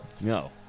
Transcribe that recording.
No